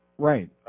Right